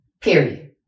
period